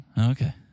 Okay